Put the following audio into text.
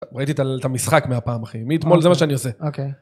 ראיתי את המשחק מהפעם אחי, מי אתמול זה מה שאני עושה. אוקיי.